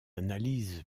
analyse